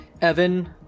Evan